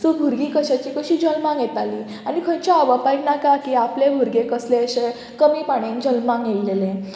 so भुरगीं कश्याची कशी जल्माक येतालीं आनी खंयच्या आवबापायक नाका की आपले भुरगें कसलेशें कमी पाणेन जल्माक येयलेलें